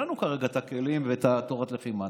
אין לנו כרגע את הכלים ואת תורת הלחימה,